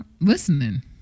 listening